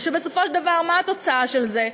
ושבסופו של דבר מה התוצאה של זה?